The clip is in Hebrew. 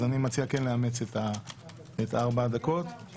אז אני מציע כן לאמץ את ארבע הדקות